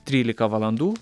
trylika valandų